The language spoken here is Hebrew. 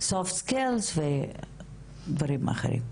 מיומנויות רכות ודברים אחרים.